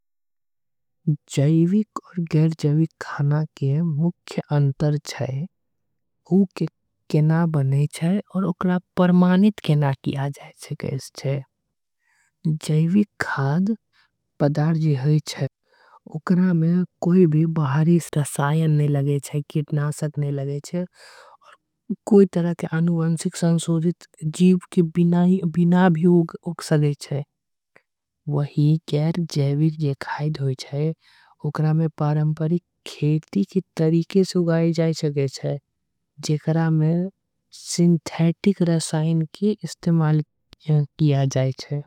जैविक पदार्थ होई छे ओकरा में कोई रासायनिक। पदार्थ नि लगे छे कीटनाशक कोई तरह से। आनुवंशिक जीव के संशोधित के बिना ही उग। सके छे पारंपरिक खेती के तरीके से उगाई जाई छे। जेकरा में सिंथेटिक रसायन के उपयोग करे जाय छे।